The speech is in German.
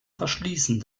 verschließen